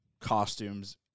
costumes